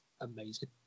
amazing